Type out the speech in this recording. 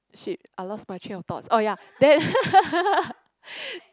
shit I lost my train of thoughts oh ya then